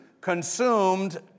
consumed